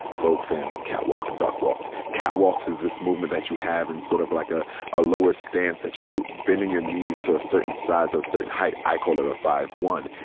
vogue femme, catwalks and duckwalks. catwalks is this movement that you have in sort of like a a lower stance that you bend in your knees to a certain size, a certain height? i called it a five one,